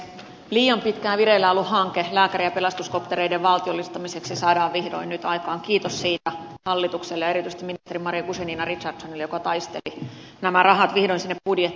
liian pitkään vireillä ollut hanke lääkäri ja pelastuskoptereiden valtiollistamiseksi saadaan vihdoin nyt aikaan kiitos siitä hallitukselle ja erityisesti ministeri maria guzenina richardsonille joka taisteli nämä rahat vihdoin sinne budjettiin